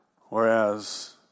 whereas